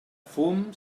fum